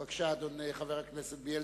בבקשה, חבר הכנסת בילסקי.